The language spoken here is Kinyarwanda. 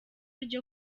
ryo